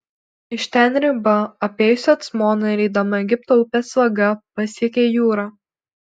iš ten riba apėjusi acmoną ir eidama egipto upės vaga pasiekia jūrą